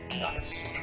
Nice